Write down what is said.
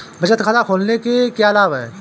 बचत खाता खोलने के क्या लाभ हैं?